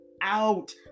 out